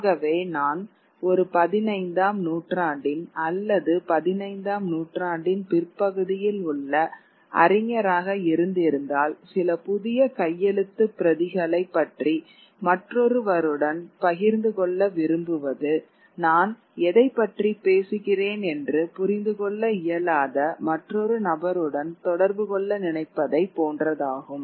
ஆகவே நான் ஒரு பதினைந்தாம் நூற்றாண்டின் அல்லது பதினைந்தாம் நூற்றாண்டின் பிற்பகுதியில் உள்ள அறிஞராக இருந்திருந்தால் சில புதிய கையெழுத்துப் பிரதிகளை பற்றி மற்றொருவருடன் பகிர்ந்து கொள்ள விரும்புவது நான் எதைப் பற்றி பேசுகிறேன் என்று புரிந்து கொள்ள இயலாத மற்றொரு நபருடன் தொடர்பு கொள்ள நினைப்பதை போன்றதாகும்